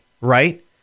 right